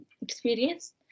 experience